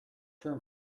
term